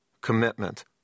commitment